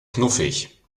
knuffig